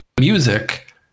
music